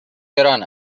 گران